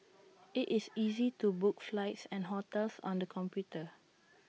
IT is easy to book flights and hotels on the computer